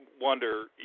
wonder